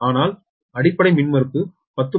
ஆனால் அடிப்படை மின்மறுப்பு 10